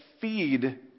feed